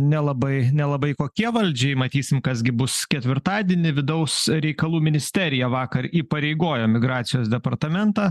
nelabai nelabai kokie valdžiai matysim kas gi bus ketvirtadienį vidaus reikalų ministerija vakar įpareigojo migracijos departamentą